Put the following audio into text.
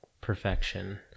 perfection